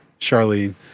Charlene